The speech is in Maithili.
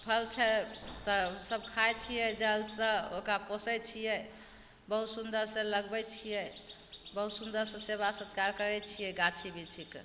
फल छै तऽ सब खाइ छिए जलसे ओकरा पोसै छिए बहुत सुन्दरसे लगबै छिए बहुत सुन्दरसे सेवा सत्कार करै छिए गाछी बिरछीके